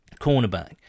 cornerback